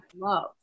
love